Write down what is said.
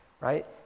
Right